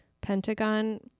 Pentagon